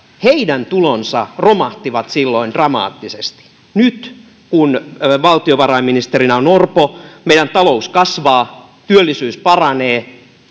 heidän tulonsa romahtivat silloin dramaattisesti nyt kun valtiovarainministerinä on orpo meidän talous kasvaa työllisyys paranee